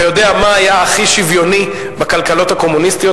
אתה יודע מה היה הכי שוויוני בכלכלות הקומוניסטיות,